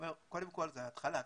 זו התחלה,